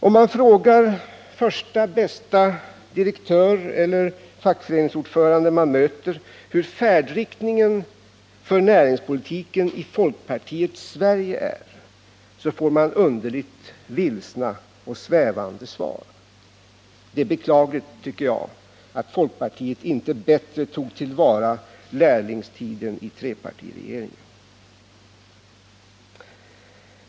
Om man frågar första bästa direktör eller fackföreningsordförande man möter hur färdriktningen för näringspolitiken i folkpartiets Sverige är får man underligt vilsna och svävande svar. Det är beklagligt, tycker jag, att folkpartiet inte bättre tog till vara lärlingstiden i trepartiregeringen.